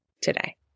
today